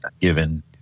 given